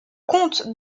comte